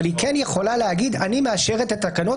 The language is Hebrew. אבל היא כן יכולה להגיד: אני מאשרת את התקנות,